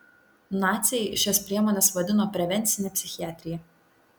naciai šias priemones vadino prevencine psichiatrija